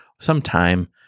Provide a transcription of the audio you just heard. sometime